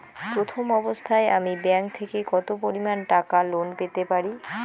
প্রথম অবস্থায় আমি ব্যাংক থেকে কত পরিমান টাকা লোন পেতে পারি?